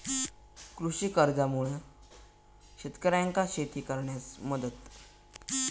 कृषी कर्जामुळा शेतकऱ्यांका शेती करण्यास मदत